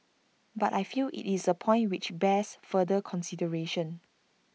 but I feel IT is A point which bears further consideration